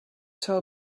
tell